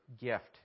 gift